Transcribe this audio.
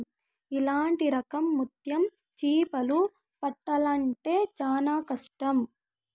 ఇట్లాంటి రకం ముత్యం చిప్పలు పట్టాల్లంటే చానా కష్టం